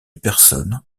personnes